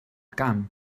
camp